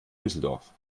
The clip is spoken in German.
düsseldorf